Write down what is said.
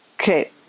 Okay